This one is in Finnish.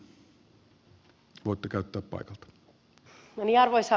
hyvät kansanedustajat